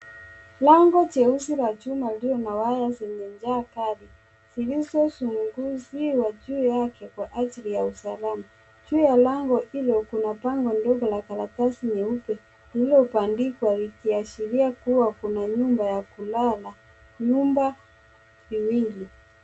Lango jeusi la chuma lililo na waya zenye ncha kali zilizozungushiwa juu yake kwa ajili ya usalama. Juu ya lango hilo kuna bango dogo la karatasi nyeupe lililobandikwa likiashiria kuwa kuna nyumba ya kulala , vyumba viwili.